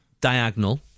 diagonal